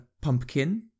pumpkin